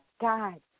God